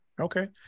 Okay